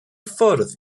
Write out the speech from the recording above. ffwrdd